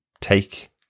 take